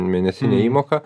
mėnesinę įmoką